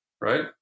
Right